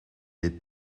est